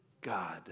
God